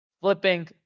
flipping